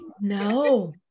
No